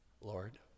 Lord